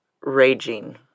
raging